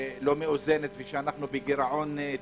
מאוזנת ושאנחנו בגירעון תמידי.